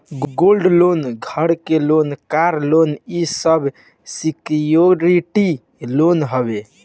gold loan, घर के loan, car loan इ सब सिक्योर्ड लोन हवे